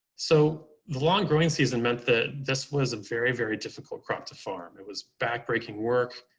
so the long growing season meant that this was a very, very difficult crop to farm. it was back breaking work.